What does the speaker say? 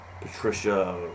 Patricia